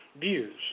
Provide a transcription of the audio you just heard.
views